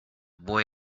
boy